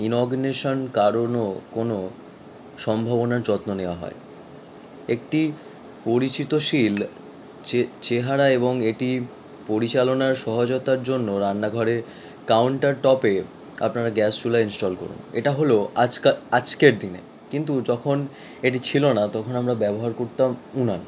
ignition কারণও কোনো সম্ভাবনার যত্ন নেওয়া হয় একটি পরিচিতশীল চে চেহারা এবং এটি পরিচালনা সহজতার জন্য রান্নাঘরে কাউন্টার টপে আপনারা গ্যাস চুল্লি ইন্সটল করুন এটা হলো আজকা আজকের দিনে কিন্তু যখন এটি ছিলো না তখন আমরা ব্যবহার করতাম উনান